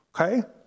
Okay